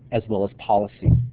as well as policy.